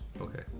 Okay